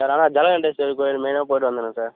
sir ஆனால் ஜகதீஸ்வரி கோயிலு மெயினா போயிட்டு வந்துடனும் சார்